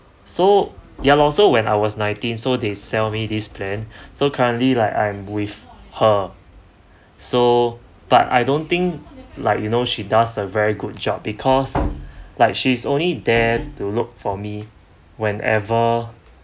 so ya lor so when I was nineteen so they sell me this plan so currently like I'm with her so but I don't think like you know she does a very good job because like she's only there to look for me whenever